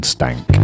Stank